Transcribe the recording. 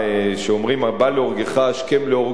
כשאומרים: הבא להורגך השכם להורגו,